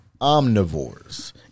omnivores